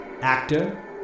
actor